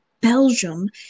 Belgium